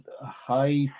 high